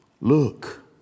Look